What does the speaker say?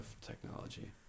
technology